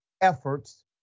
efforts